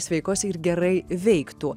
sveikos ir gerai veiktų